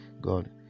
God